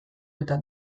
eta